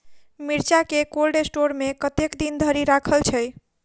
मिर्चा केँ cold store मे कतेक दिन धरि राखल छैय?